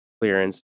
clearance